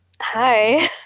Hi